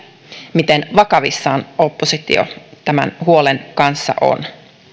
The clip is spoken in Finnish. miten vakavissaan oppositio tämän huolen kanssa on